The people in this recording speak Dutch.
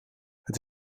het